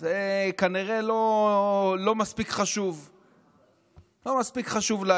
זה כנראה לא מספיק חשוב להגיע.